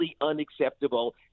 unacceptable